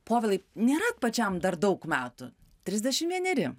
povilai nėra pačiam dar daug metų trisdešim vieneri